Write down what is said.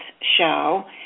show